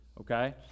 okay